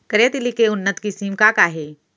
करिया तिलि के उन्नत किसिम का का हे?